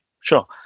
sure